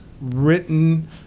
written